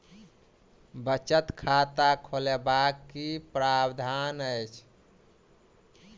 बचत खाता खोलेबाक की प्रावधान अछि?